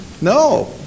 No